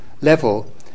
level